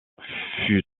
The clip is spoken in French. fut